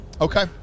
Okay